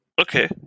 Okay